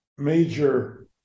major